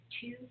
two